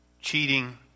cheating